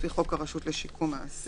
לפי חוק הרשות לשיקום האסיר.